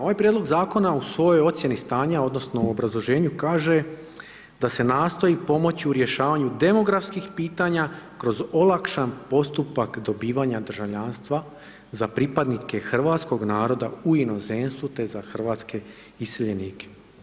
Ovaj prijedlog zakona u svojoj ocjeni stanja, odnosno obrazloženju kaže da se nastoji pomoći u rješavanju demografskih pitanja kroz olakšani postupak dobivanja državljanstva za pripadnike hrvatskog naroda u inozemstvu te za hrvatske iseljenike.